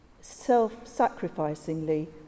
self-sacrificingly